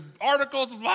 articles